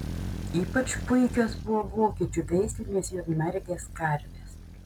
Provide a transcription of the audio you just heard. ypač puikios buvo vokiečių veislinės juodmargės karvės